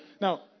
now